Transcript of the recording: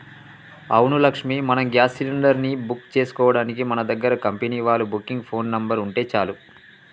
అవును లక్ష్మి మనం gas cylinder ని బుక్ చేసుకోవడానికి మన దగ్గర కంపెనీ వాళ్ళ బుకింగ్ ఫోన్ నెంబర్ ఉంటే చాలు